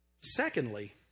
Secondly